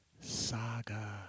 Saga